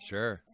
Sure